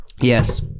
Yes